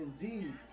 indeed